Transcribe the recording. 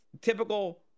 typical